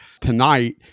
tonight